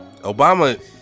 Obama